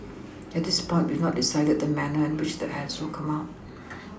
at this point we've not decided the manner in which the ads will come out